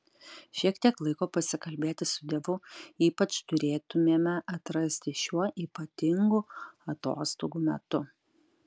šiek tiek laiko pasikalbėti su dievu ypač turėtumėme atrasti šiuo ypatingu atostogų metu